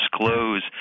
disclose